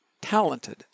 talented